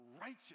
righteous